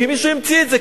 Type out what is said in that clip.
כי מישהו המציא את זה,